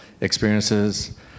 experiences